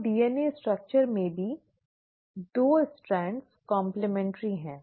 तो डीएनए संरचना में भी 2 स्ट्रैंड कॉम्प्लिमे᠎̮न्ट्रि हैं